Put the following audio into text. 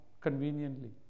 conveniently